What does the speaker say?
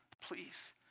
please